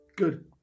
Good